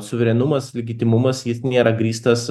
suverenumas legitimumas jis nėra grįstas